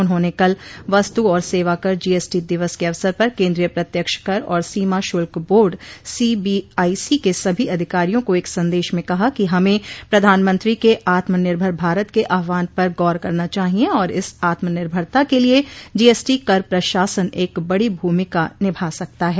उन्होंने कल वस्तु और सेवाकर जी एस टी दिवस के अवसर पर केन्द्रीय प्रत्यक्ष कर और सीमा शुल्क board C B I C के सभी अधिकारियों को एक संदेश में कहा कि हमें प्रधानमंत्री के आत्मनिर्भर भारत के आह्वान पर गौर करना चाहिए और इस आत्मनिर्भरता के लिए जीएसटी कर प्रशासन एक बड़ो भूमिका निभा सकता है